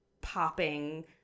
popping